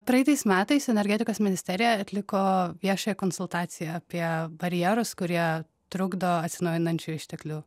praeitais metais energetikos ministerija atliko viešąją konsultaciją apie barjerus kurie trukdo atsinaujinančių išteklių